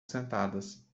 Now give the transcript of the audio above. sentadas